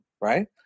right